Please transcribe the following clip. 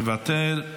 מוותר,